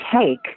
take